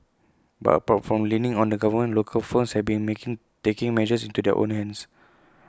but apart from leaning on the government local firms have been making taking matters into their own hands